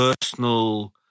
personal